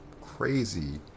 crazy